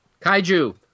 Kaiju